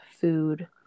food